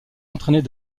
entraîner